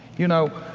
you know,